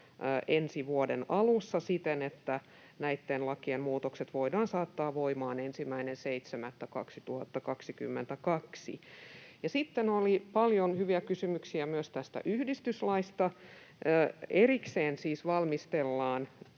ensi vuoden alussa siten, että näitten lakien muutokset voidaan saattaa voimaan 1.7.2022. Sitten oli paljon hyviä kysymyksiä myös yhdistyslaista. Erikseen siis valmistellaan